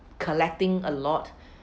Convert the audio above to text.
collecting a lot